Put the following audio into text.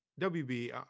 WB